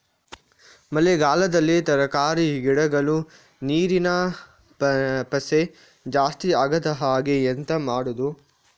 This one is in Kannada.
ಮಳೆಗಾಲದಲ್ಲಿ ತರಕಾರಿ ಗಿಡಗಳು ನೀರಿನ ಪಸೆ ಜಾಸ್ತಿ ಆಗದಹಾಗೆ ಎಂತ ಮಾಡುದು?